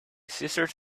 sisters